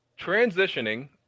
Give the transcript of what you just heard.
Transitioning